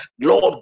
lord